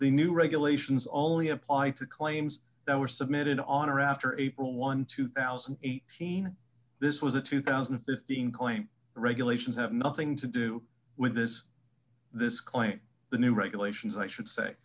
the new regulations only apply to claims that were submitted on or after april one two thousand and eighteen this was a two thousand and fifteen claim regulations have nothing to do with this this claim the new regulations i should say